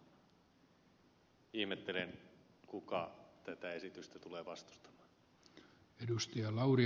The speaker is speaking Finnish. ihmettelen kuka tätä esitystä tulee vastustamaan